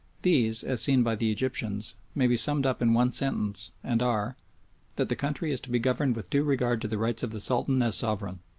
these, as seen by the egyptians, may be summed up in one sentence and are that the country is to be governed with due regard to the rights of the sultan as sovereign,